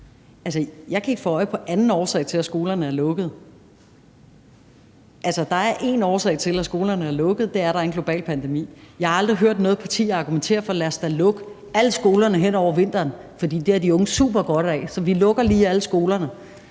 jeg ikke kan få øje på en anden årsag til, at skolerne er lukkede. Altså, der er én årsag til, at skolerne er lukkede, og det er, at der er en global pandemi. Jeg har aldrig hørt noget parti argumentere: Lad os da lukke alle skolerne hen over vinteren, for det har de unge super godt af, så vi lukker lige alle skolerne.